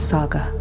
Saga